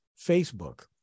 Facebook